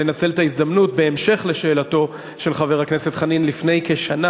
לנצל את ההזדמנות בהמשך לשאלתו של חבר הכנסת חנין: לפני כשנה